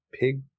pig